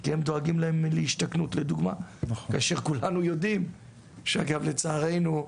כי הם דואגים להם להשתכנות לדוגמא כאשר כולנו יודעים שאגב לצערנו,